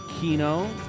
kino